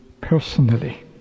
personally